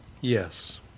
Yes